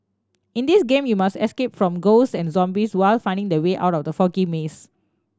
in this game you must escape from ghost and zombies while finding the way out of the foggy maze